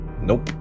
Nope